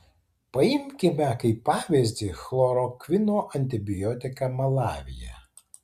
paimkime kaip pavyzdį chlorokvino antibiotiką malavyje